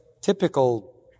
typical